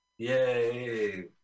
Yay